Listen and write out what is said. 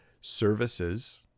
services